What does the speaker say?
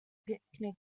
picnic